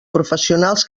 professionals